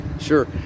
sure